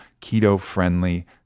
keto-friendly